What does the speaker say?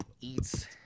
eats